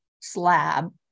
slab